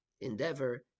endeavor